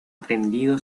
aprendido